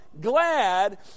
glad